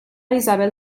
isabel